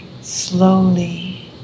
slowly